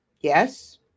Yes